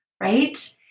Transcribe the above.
right